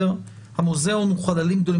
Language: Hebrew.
המוזיאון הוא חללים,